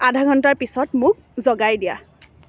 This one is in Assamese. আধা ঘন্টাৰ পিছত মোক জগাই দিয়া